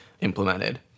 implemented